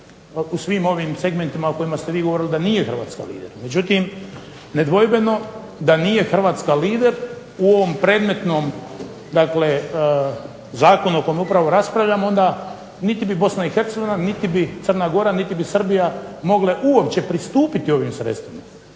u svim ovim segmentima o kojima ste vi govorili da nije Hrvatska lider. Međutim, nedvojbeno da nije Hrvatska lider u ovom predmetnom dakle zakonu o kojemu upravo raspravljamo, onda niti bi Bosna i Hercegovina, niti bi Crna Gora niti bi Srbija mogle uopće pristupiti ovim sredstvima.